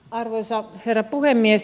arvoisa herra puhemies